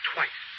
Twice